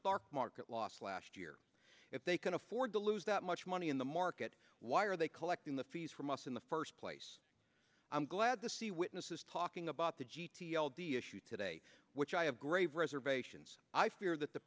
spark market loss last year if they can afford to lose that much money in the market why are they collecting the fees from us in the first place i'm glad to see witness is talking about the g t l d issue today which i have grave reservations i fear that the